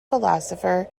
philosopher